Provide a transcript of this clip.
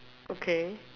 okay